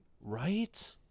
Right